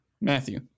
Matthew